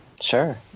Sure